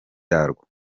yarwo